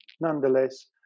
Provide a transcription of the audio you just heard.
Nonetheless